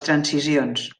transicions